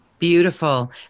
Beautiful